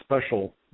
special